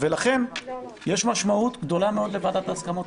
לכן יש משמעות גדולה מאוד לוועדת ההסכמות